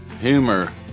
humor